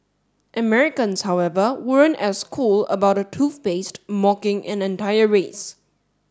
Americans however weren't as cool about a toothpaste mocking an entire race